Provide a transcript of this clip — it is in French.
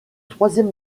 troisième